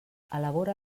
elabora